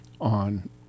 on